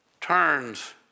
turns